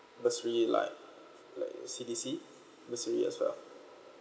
bursary like like a C_D_C bursary as well